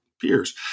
peers